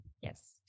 yes